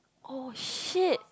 oh shit